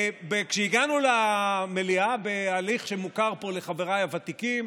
כשהגענו למליאה, בהליך שמוכר פה לחבריי הוותיקים,